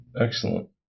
Excellent